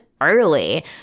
early